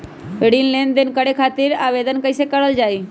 ऋण लेनदेन करे खातीर आवेदन कइसे करल जाई?